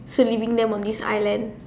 so leaving them on this island